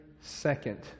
second